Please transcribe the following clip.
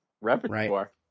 repertoire